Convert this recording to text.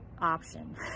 option